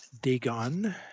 Dagon